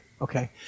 Okay